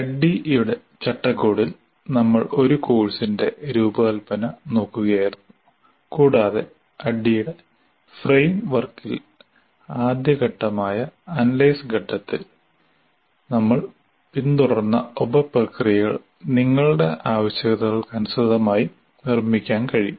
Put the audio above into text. ADDIE ന്റെ ചട്ടക്കൂടിൽ നമ്മൾ ഒരു കോഴ്സിന്റെ രൂപകൽപ്പന നോക്കുകയായിരുന്നു കൂടാതെ ADDIE ന്റെ ഫ്രെയിം വർക്കിൽ ആദ്യ ഘട്ടമായ അനലൈസ് ഘട്ടത്തിൽ നമ്മൾ പിന്തുടർന്ന ഉപപ്രക്രിയകൾ നിങ്ങളുടെ ആവശ്യകതകൾക്ക് അനുസൃതമായി നിർമ്മിക്കാൻ കഴിയും